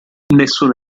nessun